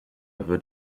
wird